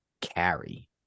carry